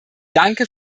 danke